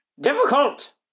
difficult